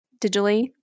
digitally